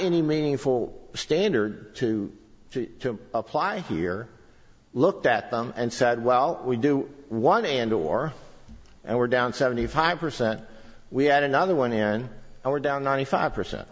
any meaningful standard to apply here looked at them and said well we do want to end a war and we're down seventy five percent we had another one and we're down ninety five percent